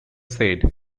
said